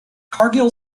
cargill